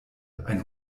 ein